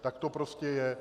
Tak to prostě je.